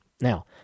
Now